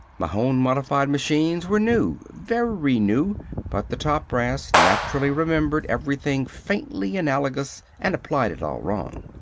mahon-modified machines were new very new but the top brass naturally remembered everything faintly analogous and applied it all wrong.